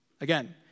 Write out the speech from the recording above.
Again